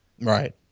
Right